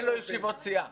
אין לו ישיבות סיעה.